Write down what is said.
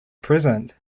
present